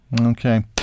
Okay